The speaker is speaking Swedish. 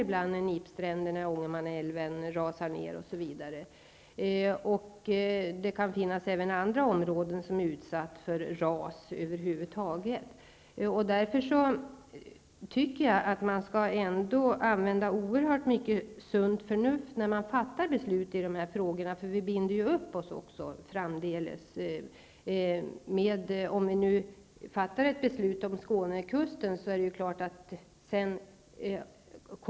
Jag tänker då på nipstränderna vid Ångermanälven och ras i det sammanhanget. Det kan också vara fråga om andra områden där det finns risk för ras. Därför tycker jag att det behövs oerhört mycket sunt förnuft när beslut fattas i sådana här frågor. Vi binder ju därmed upp oss för framtiden. Om vi fattar ett beslut om Skånekusten, kommer det självfallet krav.